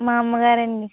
మా అమ్మగారండి